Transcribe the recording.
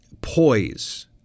poise